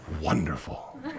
wonderful